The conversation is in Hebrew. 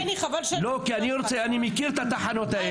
אני מכיר את התחנות האלה.